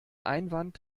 einwand